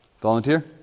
Volunteer